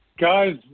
guys